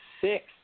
six